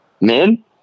men